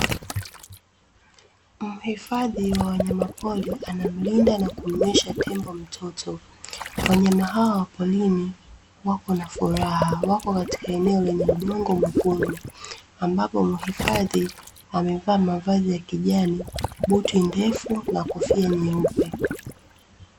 Mhifadhi wa wanyamapori anamlinda na kumnywesha tembo mtoto. Wanyama hawa waporini wako na furaha. Wako katika eneo lenye udongo mwekundu, ambapo mhifadhi amevaa mavazi ya kijani, buti ndefu na kofia nyeupe.